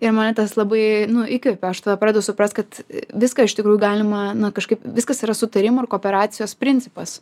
ir mane tas labai nu įkvepia aš tada pradedu suprast kad viską iš tikrųjų galima na kažkaip viskas yra sutarimo ir kooperacijos principas